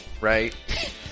right